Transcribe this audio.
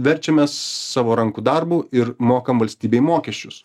verčiamės savo rankų darbu ir mokam valstybei mokesčius